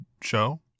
show